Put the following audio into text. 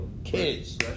kids